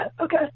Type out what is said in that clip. Okay